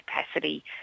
capacity